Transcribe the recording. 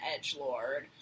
edgelord